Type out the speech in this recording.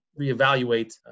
reevaluate